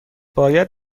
باید